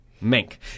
Mink